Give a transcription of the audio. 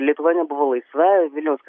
lietuva nebuvo laisva vilniaus